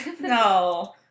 No